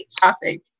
topic